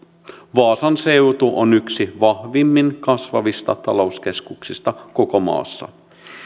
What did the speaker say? vaasan seutu on yksi vahvimmin kasvavista talouskeskuksista koko maassa